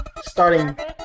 starting